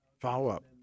follow-up